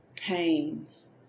Pains